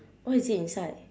what is it inside